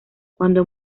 cuando